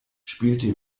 spielte